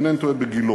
אם אינני טועה בגילה,